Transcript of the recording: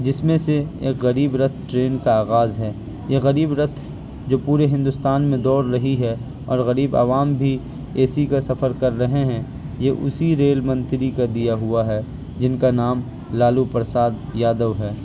جس میں سے ایک غریب رتھ ٹرین کا آغاز ہے یہ غریب رتھ جو پورے ہندوستان میں دوڑ رہی ہے اور غریب عوام بھی اے سی کا سفر کر رہے ہیں یہ اسی ریل منتری کا دیا ہوا ہے جن کا نام لالو پرساد یادو ہے